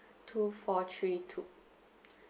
two four three two